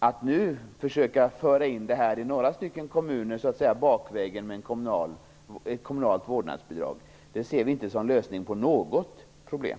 Att nu försöka så att säga bakvägen föra in ett kommunalt vårdnadsbidrag i några kommuner ser vi inte som en lösning på något problem.